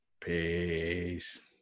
Peace